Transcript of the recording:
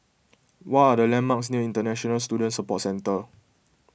what are the landmarks near International Student Support Centre